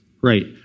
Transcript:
Right